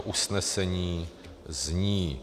Usnesení zní: